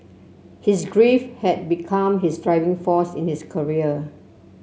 his grief had become his driving force in his career